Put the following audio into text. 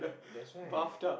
that's why